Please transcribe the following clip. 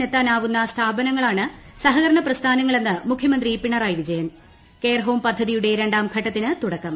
നെത്താനാവുന്ന ്സ്ഥാപനങ്ങളാണ് സഹകരണ പ്രസ്ഥാനങ്ങളെന്ന് മുഖ്യമന്ത്രി പിണറായി വിജയൻ കെയർഹോം പദ്ധതിയുടെ രണ്ടാം ഘട്ടത്തിന് തുടക്കം